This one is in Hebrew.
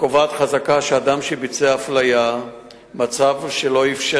הקובעת חזקה שאדם ביצע אפליה במצב שבו לא אפשר